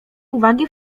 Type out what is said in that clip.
uwagi